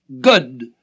good